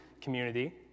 community